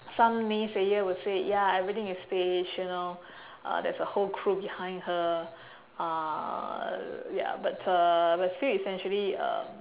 some naysayer will say ya everything is fake you know there's a whole crew behind her uh ya but uh but I feel essentially um